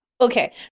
Okay